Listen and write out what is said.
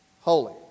holy